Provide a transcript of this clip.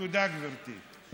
תודה, גברתי.